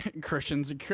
Christians